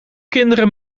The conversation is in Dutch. kinderen